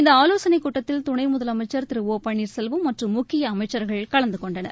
இந்த ஆலோசனை கூட்டத்தில் துணை முதலமைச்சா் திரு ஓ பன்ளீர்செல்வம் மற்றும் முக்கிய அமைச்சர்கள் கலந்து கொண்டனர்